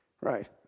Right